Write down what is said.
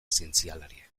zientzialariek